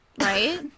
Right